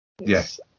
yes